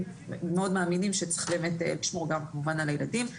ומאוד מאמינים שצריך באמת לשמור גם כמובן על הילדים.